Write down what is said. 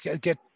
get